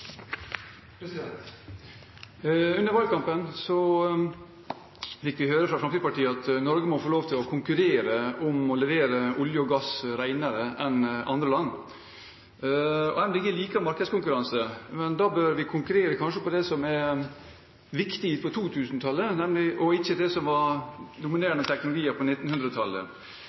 Under valgkampen fikk vi høre fra Fremskrittspartiet at Norge må få lov til å konkurrere om å levere olje og gass renere enn andre land. Miljøpartiet De Grønne liker markedskonkurranse, men da bør vi kanskje konkurrere om det som er viktig på 2000-tallet, og ikke det som var dominerende teknologier på